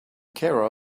care